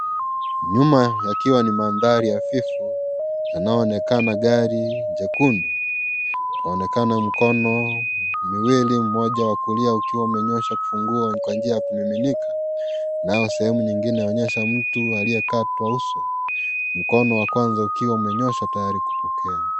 Nyuma, yakiwa ni manthari hafifu, yanayo onekana gari jekundu, paonekana mkono, miwili mmoja wa kulia ukiwa umenyosha kufungua kwa njia ya kumiminika, nayo sehemu nyingine yaonyesha mtu aliye katwa uso, mkono wa kwanza ukiwa umenyosha tayari kupokea.